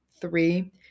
three